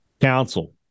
Council